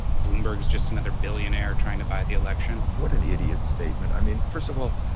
bloomberg's just another billionaire trying to buy the election. what an idiot statement. i mean, first of all,